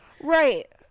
right